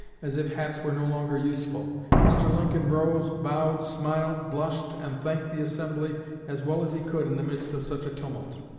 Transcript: as if hats were no longer useful mr. lincoln rose, bowed, smiled, blushed, and thanked the assembly as well as he could in the midst of such a tumult.